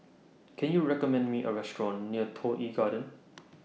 Can YOU recommend Me A Restaurant near Toh Yi Garden